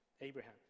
Abraham